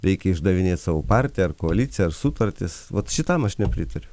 reikia išdavinėt savo partiją ar koaliciją ar sutartis vat šitam aš nepritariu